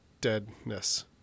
deadness